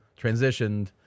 transitioned